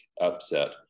upset